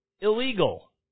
illegal